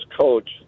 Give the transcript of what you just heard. coach